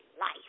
life